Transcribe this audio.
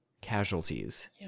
casualties